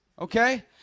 Okay